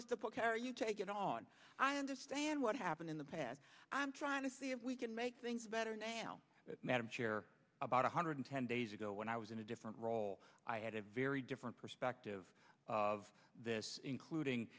air you take it on i understand what happened in the past i'm trying to see if we can make things better now that madam chair about one hundred ten days ago when i was in a different role i had a very different perspective of this including